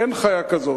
אין חיה כזאת.